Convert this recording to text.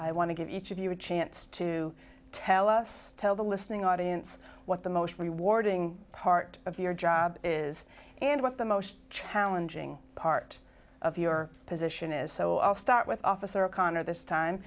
i want to give each of you a chance to tell us tell the listening audience what the most rewarding part of your job is and what the most challenging part of your position is so i'll start with officer connor this time